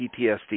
PTSD